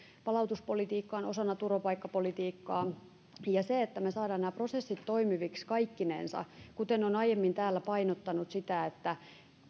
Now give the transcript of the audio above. palautuspolitiikkaan osana turvapaikkapolitiikkaa me saamme nämä prosessit toimiviksi kaikkinensa olen aiemmin täällä painottanut sitä että